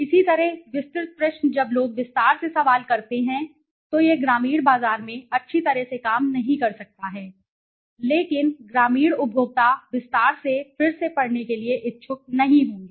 इसी तरह विस्तृत प्रश्न जब लोग विस्तार से सवाल करते हैं तो यह ग्रामीण बाजार में अच्छी तरह से काम नहीं कर सकता है क्योंकि ग्रामीण उपभोक्ता विस्तार से फिर से पढ़ने के लिए इच्छुक नहीं होंगे